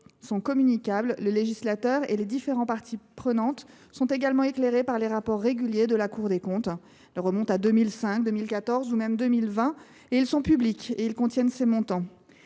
sont communicables. Le législateur et les différentes parties prenantes sont également éclairés par les rapports réguliers de la Cour des comptes. Ces rapports datant de 2005, 2014 et 2020 sont publics et comportent ces montants.